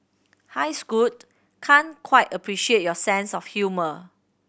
hi Scoot can't quite appreciate your sense of humour